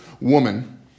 woman